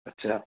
اچھا